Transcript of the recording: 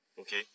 Okay